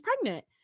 pregnant